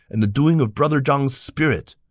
and the doing of brother zhang's spirit!